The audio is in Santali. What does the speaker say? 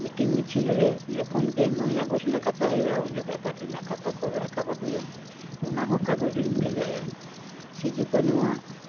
ᱢᱤᱴᱤᱝ ᱢᱤᱪᱷᱤᱞ ᱨᱮ ᱡᱚᱠᱷᱚᱱ ᱜᱮ ᱱᱚᱭᱚᱭ ᱟᱜᱚᱥᱴ ᱨᱮᱱᱟᱜ ᱠᱟᱛᱷᱟ ᱦᱩᱭᱩᱜᱼᱟ ᱩᱱ ᱡᱚᱠᱷᱚᱱ ᱯᱟᱴᱤ ᱨᱮᱱᱟᱜ ᱠᱟᱛᱷᱟ ᱠᱚ ᱨᱟᱠᱟᱵ ᱟᱹᱜᱩᱭᱟ ᱚᱱᱟ ᱦᱚ ᱠᱟᱜᱚᱡᱽ ᱤᱧ ᱵᱷᱮᱡᱟᱭᱟ ᱥᱤᱫᱩ ᱠᱟᱱᱩᱣᱟᱜ